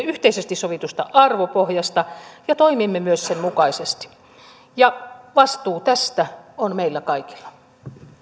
yhteisesti sovitusta arvopohjasta ja toimimme myös sen mukaisesti vastuu tästä on meillä kaikilla